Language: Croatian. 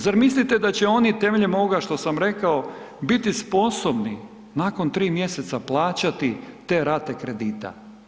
Zar mislite da će oni temeljem ovoga što sam rekao biti sposobni nakon 3 mjeseca plaćati te rate kredita?